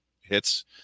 hits